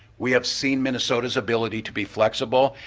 we have seen minnesota's ability to be flexible,